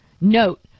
note